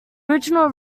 original